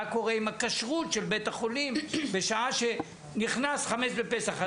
מה קורה עם הכשרות של בית החולים בשעה שנכנס חמץ בפסח.